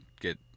get